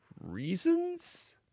Reasons